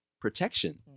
protection